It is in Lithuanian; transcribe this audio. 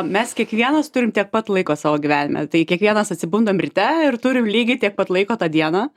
mes kiekvienas turim tiek pat laiko savo gyvenime tai kiekvienas atsibundam ryte ir turim lygiai tiek pat laiko tą dieną